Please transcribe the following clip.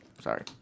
Sorry